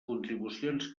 contribucions